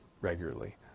regularly